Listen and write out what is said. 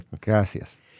Gracias